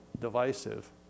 divisive